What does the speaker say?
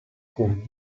con